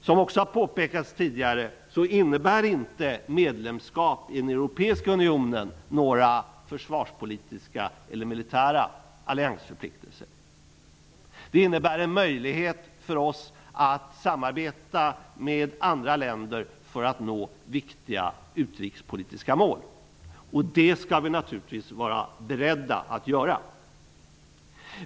Som också har påpekats tidigare innebär medlemskap i den europeiska unionen inte några försvarspolitiska eller militära alliansförpliktelser. Det innebär i stället en möjlighet för oss att samarbeta med andra länder för att nå viktiga utrikespolitiska mål -- och det skall vi naturligtvis vara beredda att göra.